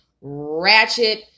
ratchet